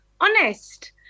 honest